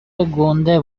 گنده